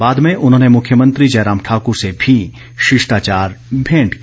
बाद में उन्होंने मुख्यमंत्री जयराम ठाकुर से भी शिष्टाचार भेंट की